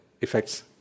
effects